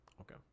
Okay